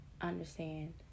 understand